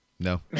No